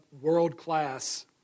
world-class